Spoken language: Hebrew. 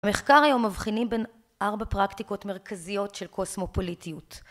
המחקר היום מבחינים בין ארבע פרקטיקות מרכזיות של קוסמופוליטיות